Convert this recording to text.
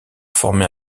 former